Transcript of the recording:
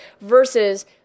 versus